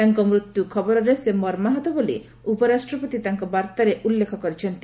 ତାଙ୍କ ମୃତ୍ୟୁ ଖବରରେ ସେ ମର୍ମାହତ ବୋଲି ଉପରାଷ୍ଟ୍ରପତି ତାଙ୍କ ବାର୍ତ୍ତାରେ ଉଲ୍ଲେଖ କରିଛନ୍ତି